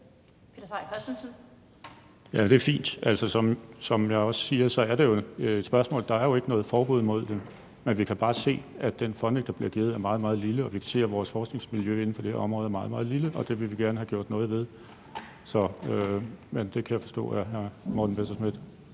(NB): Det er fint. Som jeg også siger, er der jo ikke noget forbud imod det, men vi kan bare se, at den funding, der bliver givet, er meget, meget lille, og vi kan se, at vores forskningsmiljø inden for det her område er meget, meget lille, og det vil vi gerne have gjort noget ved. Men det kan jeg forstå at hr. Morten Messerschmidt